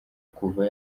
kuva